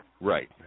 Right